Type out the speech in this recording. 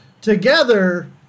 together